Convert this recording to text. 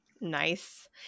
Nice